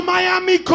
Miami